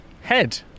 head